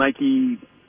Nike